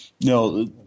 No